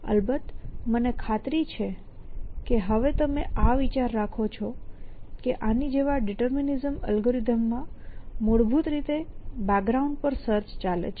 અલબત્ત મને ખાતરી છે કે હવે તમે આ વિચાર રાખો છો કે આની જેવા ડીટરમિનીઝમ અલ્ગોરિધમ્સ માં મૂળભૂત રીતે બેક ગ્રાઉન્ડ પર સર્ચ ચાલે છે